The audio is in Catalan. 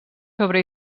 sobre